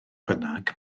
bynnag